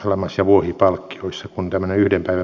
lomasävuohipalkkioissa kun tämän yhden päivän